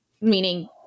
meaning